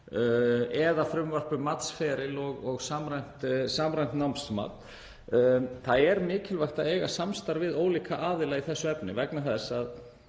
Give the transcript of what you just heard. eða frumvarp um matsferil og samræmt námsmat. Það er mikilvægt að eiga samstarf við ólíka aðila í þessu efni vegna þess að